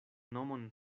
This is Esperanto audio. nomon